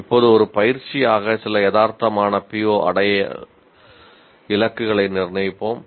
இப்போது ஒரு பயிற்சியாக சில யதார்த்தமான PO அடைய இலக்குகளை நிர்ணயிப்போம்